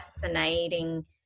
fascinating